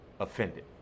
Offended